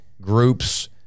groups